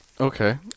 Okay